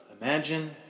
imagine